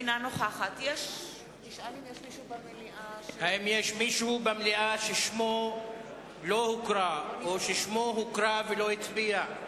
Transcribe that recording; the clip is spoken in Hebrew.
אינה נוכחת האם יש מישהו במליאה ששמו לא הוקרא או ששמו הוקרא ולא הצביע?